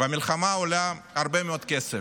והמלחמה עולה הרבה מאוד כסף,